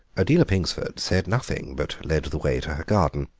adela pingsford said nothing, but led the way to her garden.